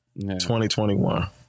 2021